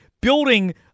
building